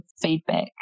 feedback